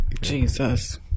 Jesus